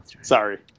Sorry